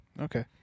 Okay